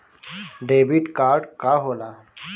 Debit card का होला?